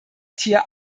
tier